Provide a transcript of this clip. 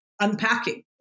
unpacking